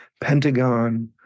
Pentagon